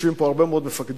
יושבים פה הרבה מאוד מפקדים,